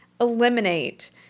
eliminate